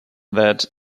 that